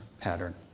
pattern